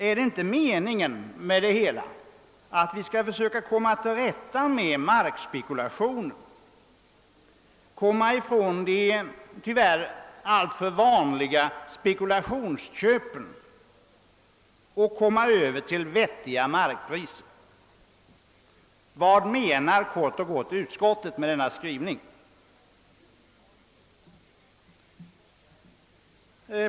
Är det inte meningen med det hela, att vi skall försöka komma till rätta med markspekulationen, komma ifrån de tyvärr alltför »vanliga» spekulationsköpen och komma över till vettiga markpriser? Kort och gott, vad menar utskottet med denna skrivning?